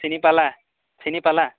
চিনি পালা চিনি পালা